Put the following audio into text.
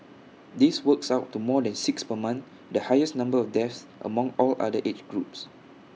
this works out to more than six per month the highest number of deaths among all other age groups